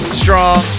strong